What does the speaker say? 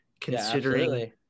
considering